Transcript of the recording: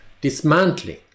dismantling